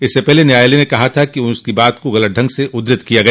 इससे पहले न्यायालय ने कहा था कि उसकी बात को गलत ढंग से उद्घत किया गया